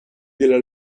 della